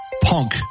Punk